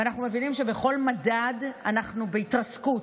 ואנחנו מבינים שבכל מדד אנחנו בהתרסקות.